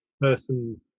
person